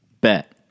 Bet